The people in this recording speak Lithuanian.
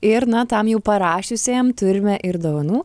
ir na tam jau parašiusiajam turime ir dovanų